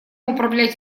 управлять